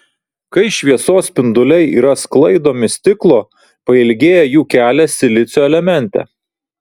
kai šviesos spinduliai yra sklaidomi stiklo pailgėja jų kelias silicio elemente